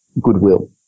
goodwill